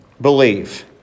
believe